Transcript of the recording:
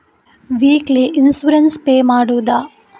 Weekly insurance pay ಮಾಡುವುದ?